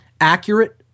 accurate